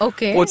Okay